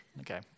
okay